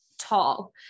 Tall